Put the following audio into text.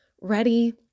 ready